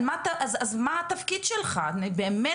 אז מה התפקיד שלך, באמת,